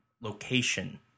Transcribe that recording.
location